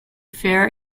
fair